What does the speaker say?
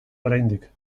oraindik